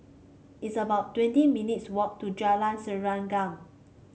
it's about twenty minutes' walk to Jalan Serengam